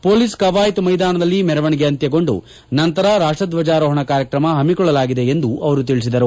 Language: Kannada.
ಪೊಲೀಸ್ ಕವಾಯತು ಮೈದಾನದಲ್ಲಿ ಮೆರವಣಿಗೆ ಅಂತ್ಯಗೊಂಡು ನಂತರ ರಾಷ್ಟದ್ವಜಾರೋಹಣ ಕಾರ್ಯಕ್ರಮ ಹಮ್ಮಿಕೊಳ್ಳಲಾಗಿದೆ ಎಂದು ಅವರು ಹೇಳಿದರು